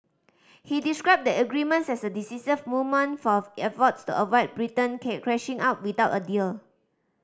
he described the agreements as a decisive moment for efforts to avoid Britain crashing out without a deal